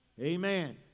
Amen